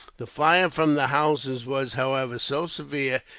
the fire from the houses was, however, so severe,